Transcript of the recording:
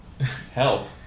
help